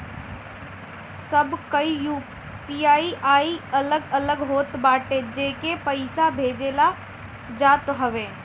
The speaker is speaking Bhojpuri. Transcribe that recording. सबकर यू.पी.आई अलग अलग होत बाटे जेसे पईसा भेजल जात हवे